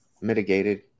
mitigated